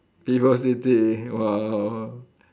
VivoCity !wow!